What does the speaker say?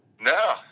no